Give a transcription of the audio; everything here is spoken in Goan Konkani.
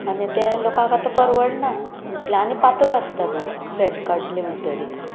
आनी ते लोकांक आतां परवडना इतलें आनी पातळ आसता दूद फेट काडली म्हणटरीत